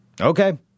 Okay